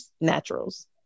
naturals